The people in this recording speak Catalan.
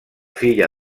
filla